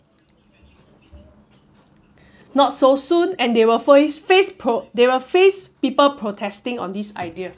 not so soon and they will fo~ face po~ they will face people protesting on this idea